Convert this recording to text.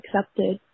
accepted